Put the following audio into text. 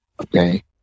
okay